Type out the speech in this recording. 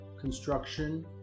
construction